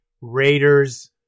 Raiders